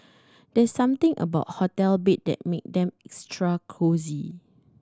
there's something about hotel bed that make them extra cosy